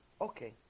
Okay